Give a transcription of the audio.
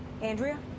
Andrea